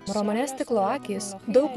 romane stiklo akys daug